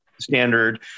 standard